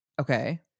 Okay